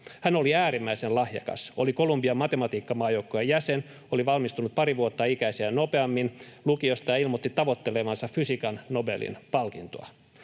Hän oli äärimmäisen lahjakas: oli Kolumbian matematiikkamaajoukkueen jäsen, oli valmistunut pari vuotta ikäisiään nopeammin lukiosta ja ilmoitti tavoittelevansa fysiikan Nobelin palkintoa.